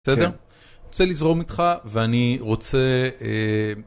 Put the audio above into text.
בסדר? רוצה לזרום איתך ואני רוצה...